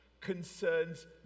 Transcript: concerns